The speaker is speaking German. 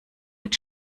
mit